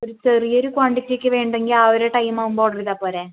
ഒരു ചെറിയ ഒരു ക്വാണ്ടിറ്റിക്ക് വേണ്ടത് എങ്കിൽ ആ ഒരു ടൈമാവുമ്പോൾ ഓർഡറ് ചെയ്താൽ പോരേ